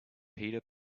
peter